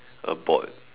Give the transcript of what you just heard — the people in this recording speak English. a boy